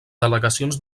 delegacions